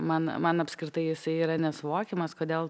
man man apskritai jisai yra nesuvokiamas kodėl